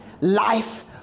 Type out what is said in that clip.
life